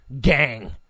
gang